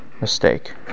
mistake